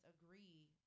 agree